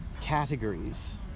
categories